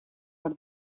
per